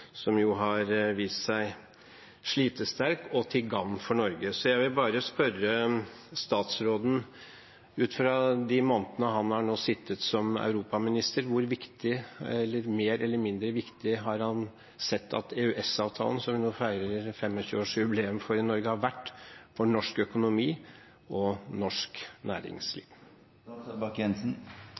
har vist seg slitesterk og til gagn for Norge. Så jeg vil bare spørre statsråden: Ut fra de månedene han nå har sittet som europaminister, hvor viktig – mer eller mindre viktig – har han sett at EØS-avtalen, som vi nå feirer 25-årsjubileum for i Norge, har vært for norsk økonomi og norsk næringsliv?